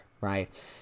right